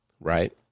right